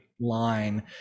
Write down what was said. line